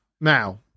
now